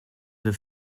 the